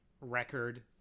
record